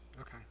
Okay